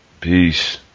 Peace